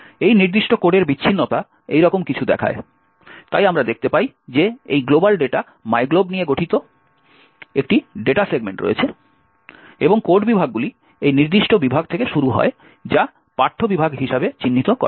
এই নির্দিষ্ট কোডের বিচ্ছিন্নতা এইরকম কিছু দেখায় তাই আমরা দেখতে পাই যে এই গ্লোবাল ডেটা মাইগ্লোব নিয়ে গঠিত একটি ডেটা সেগমেন্ট রয়েছে এবং কোড বিভাগগুলি এই নির্দিষ্ট বিভাগ থেকে শুরু হয় যা পাঠ্য বিভাগ হিসাবে চিহ্নিত করা হয়